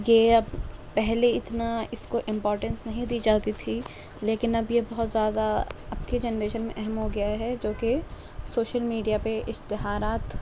یہ اب پہلے اتنا اس کو امپورٹینس نہیں دی جاتی تھی لیکن اب یہ بہت زیادہ اب کی جنریشن میں اہم ہو گیا ہے جو کہ سوشل میڈیا پہ اشتہارات